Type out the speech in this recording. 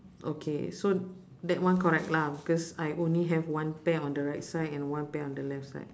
okay so that one correct lah because I only have one pair on the right side and one pair on the left side